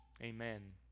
amen